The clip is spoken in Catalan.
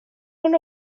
una